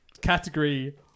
category